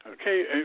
Okay